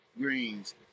greens